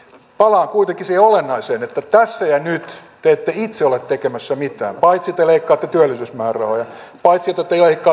palaan kuitenkin siihen olennaiseen että tässä ja nyt te ette itse ole tekemässä mitään paitsi että te leikkaatte työllisyysmäärärahoja paitsi että te leikkaatte työttömyysturvaa